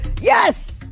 yes